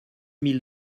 mille